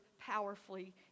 powerfully